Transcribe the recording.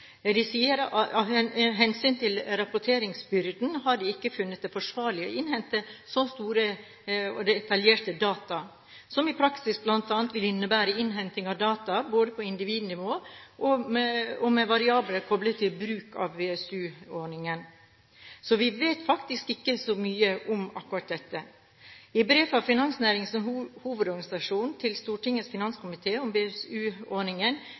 De sier at av hensyn til rapporteringsbyrden har de ikke funnet det forsvarlig å innhente så store og detaljerte data, som i praksis bl.a. vil innebære innhenting av data både på individnivå og med variabler koblet til bruk av BSU-ordningen. Vi vet faktisk ikke så mye om akkurat dette. I brev fra Finansnæringens Hovedorganisasjon til Stortingets finanskomité om